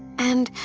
and.